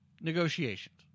negotiations